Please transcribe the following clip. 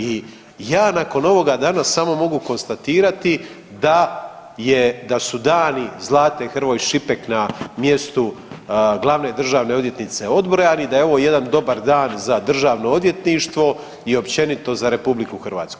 I ja nakon ovoga danas samo mogu konstatirati da su dani Zlate Hrvoj Šipek na mjestu glavne državne odvjetnice odbrojani i da je ovo jedan dobar dan za državno odvjetništvo i općenito za RH.